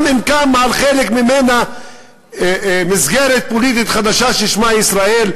גם אם קמה על חלק ממנה מסגרת פוליטית חדשה ששמה ישראל,